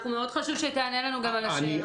חשוב מאוד שתענה לנו על השאלה.